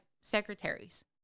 secretaries